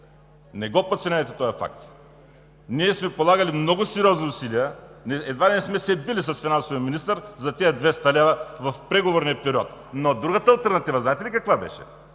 Не подценявайте този факт! Ние сме полагали много сериозни усилия, едва ли не сме се били с финансовия министър за тези 200 лв. в преговорния период. Но другата алтернатива знаете ли каква беше?